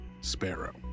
sparrow